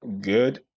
good